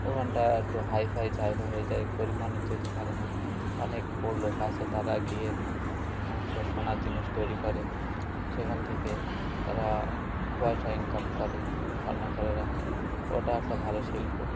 ওখানটা একটু হাইফাই জায়গা হয়ে যায় গরীব মানুষ যেতে পারে না অনেক বড়লোক আছেে তারা গিয়ে সোনার জিনিস তৈরি করে সেখান থেকে তারা পয়সা ইনকাম করে স্বর্ণকারেরা ওটা একটা ভালো শিল্প